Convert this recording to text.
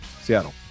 Seattle